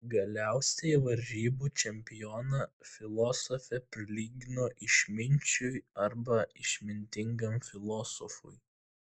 galiausiai varžybų čempioną filosofė prilygino išminčiui arba išmintingam filosofui